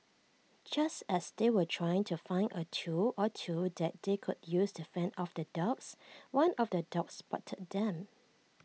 just as they were trying to find A tool or two that they could use to fend off the dogs one of the dogs spotted them